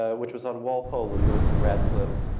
ah which was on walpole, and lewis, and radcliffe,